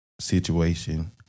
situation